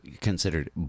considered